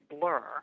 blur